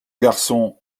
garçon